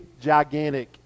gigantic